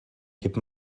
kipp